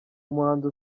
umuhanzi